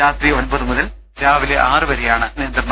രാത്രി ഒമ്പത് മുതൽ രാവിലെ ആറുവരെയാണ് നിയന്ത്രണം